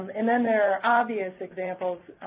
and then there are obvious examples,